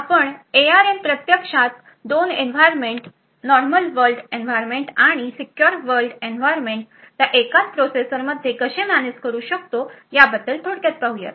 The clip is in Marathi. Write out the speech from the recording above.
तर आपण एआरएम प्रत्यक्षात दोन एन्व्हायरमेंट नॉर्मल वर्ल्ड एन्व्हायरमेंट आणि सीक्युर वर्ल्ड एन्व्हायरमेंट त्या एकाच प्रोसेसरमध्ये कसे मॅनेज करू शकतो याबद्दल थोडक्यात पाहुयात